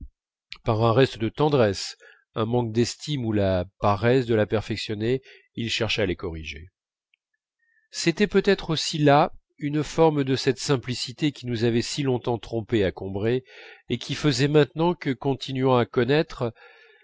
il cherchât à les corriger c'était peut-être aussi là une forme de cette simplicité qui nous avait si longtemps trompés à combray et qui faisait maintenant que continuant à connaître